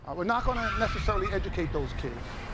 but we're not going to necessarily educate those kids.